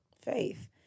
faith